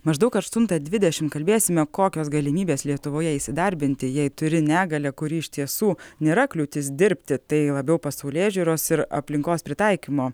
maždaug aštuntą dvidešim kalbėsime kokios galimybės lietuvoje įsidarbinti jei turi negalią kuri iš tiesų nėra kliūtis dirbti tai labiau pasaulėžiūros ir aplinkos pritaikymo